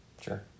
Sure